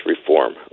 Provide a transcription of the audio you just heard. reform